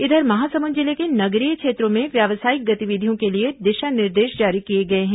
इधर महासमुंद जिले के नगरीय क्षेत्रों में व्यावसायिक गतिविधियों के लिए दिशा निर्देश जारी किए गए है